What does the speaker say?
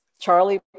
Charlie